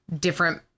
different